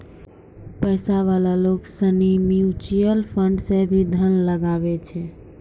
पैसा वाला लोग सनी म्यूचुअल फंड मे भी धन लगवै छै